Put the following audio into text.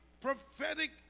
prophetic